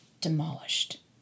demolished